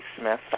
Smith